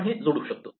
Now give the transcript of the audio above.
आपण हे जोडू शकतो